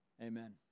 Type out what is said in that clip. Amen